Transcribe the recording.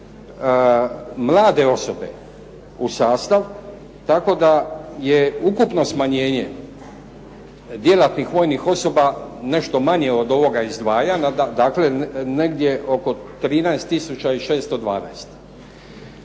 mlade osobe u sastav tako da je ukupno smanjenje djelatnih vojnih osoba nešto manje od ovoga izdvajanja, dakle negdje oko 13